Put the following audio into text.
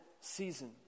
season